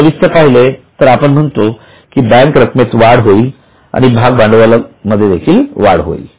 तुम्ही सविस्तर पाहिले तर आपण म्हणालो कि बँक रकमेत वाढ आणि आणि भाग भांडवलामध्ये देखील वाढ होईल